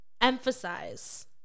emphasize